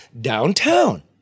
downtown